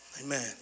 Amen